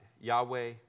Yahweh